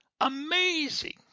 Amazing